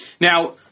Now